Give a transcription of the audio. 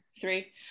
three